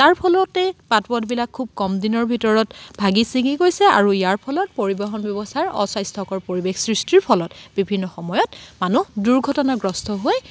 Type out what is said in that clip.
তাৰ ফলতে বাট পথবিলাক খুব কম দিনৰ ভিতৰত ভাগি ছিগি গৈছে আৰু ইয়াৰ ফলত পৰিবহন ব্যৱস্থাৰ অস্বাস্থ্যকৰ পৰিৱেশ সৃষ্টিৰ ফলত বিভিন্ন সময়ত মানুহ দূৰ্ঘটনাগ্ৰস্ত হৈ